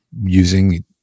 using